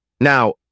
Now